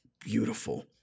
Beautiful